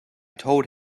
told